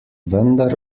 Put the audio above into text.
vendar